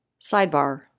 Sidebar